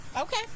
Okay